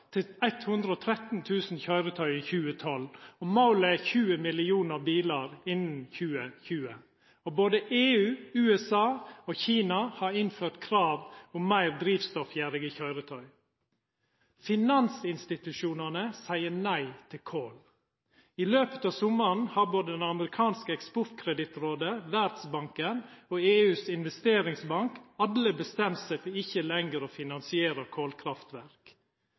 til 113 000 køyretøy i 2012. Målet er 20 millionar bilar innan 2020. Både EU, USA og Kina har innført krav om meir drivstoffgjerrige køyretøy. Finansinstitusjonane seier nei til kol. I løpet av sommaren har det amerikanske eksportkredittrådet, Verdsbanken og Den europeiske investeringsbanken bestemt seg for ikkje lenger å finansiera